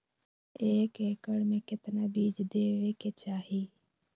एक एकड़ मे केतना बीज देवे के चाहि?